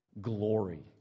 glory